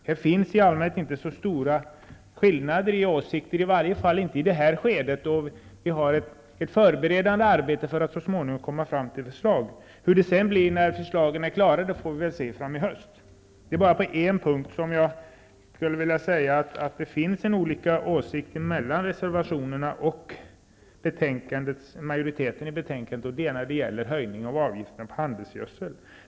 Här finns i allmänhet inte så stora skillnader i åsikter, i varje fall inte i det här skedet, då vi har ett förberedande arbete för att så småningom komma fram till förslag. Hur det sedan blir när förslagen är klara får vi se i höst. Det är bara på en punkt som jag skulle vilja säga att det finns olika åsikter mellan reservanterna och majoriteten, och det är när det gäller höjning av avgiften på handelsgödsel.